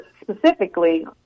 specifically